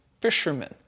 fishermen